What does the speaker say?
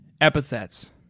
Epithets